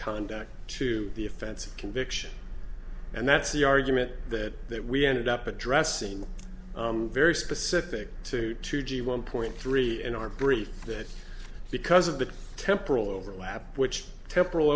conduct to the offense of conviction and that's the argument that that we ended up addressing with very specific to two g one point three in our brief that because of the temporal overlap which tempora